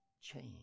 change